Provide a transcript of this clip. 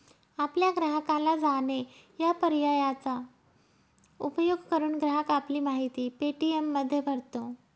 आपल्या ग्राहकाला जाणे या पर्यायाचा उपयोग करून, ग्राहक आपली माहिती पे.टी.एममध्ये भरतो